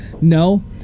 no